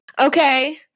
Okay